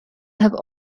have